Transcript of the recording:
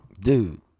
dude